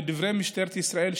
לדברי משטרת ישראל,